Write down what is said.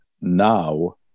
now